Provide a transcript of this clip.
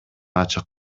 ачык